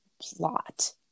plot